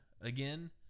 again